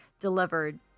delivered